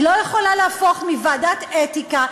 היא לא יכולה להפוך מוועדת אתיקה,